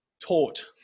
taught